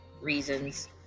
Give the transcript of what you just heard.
reasons